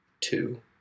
two